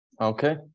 Okay